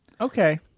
Okay